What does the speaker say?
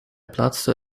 plaatste